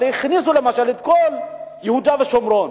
הכניסו, למשל, את כל יהודה ושומרון,